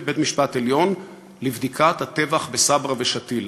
בית-המשפט העליון לבדיקת הטבח בסברה ושתילה,